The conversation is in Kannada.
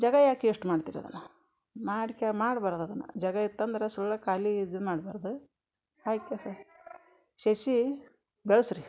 ಜಾಗ ಯಾಕೆ ಯೇಶ್ಟ್ ಮಾಡ್ತೀರಿ ಅದನ್ನು ಮಾಡ್ಕ ಮಾಡ್ಬಾರ್ದು ಅದನ್ನು ಜಾಗ ಇತ್ತಂದ್ರೆ ಸುಳ್ಳೇ ಖಾಲಿ ಇದು ಮಾಡಬಾರ್ದು ಹಾಕಿ ಕೇಸಿ ಸಸಿ ಬೆಳೆಸ್ರಿ